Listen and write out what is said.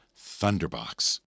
Thunderbox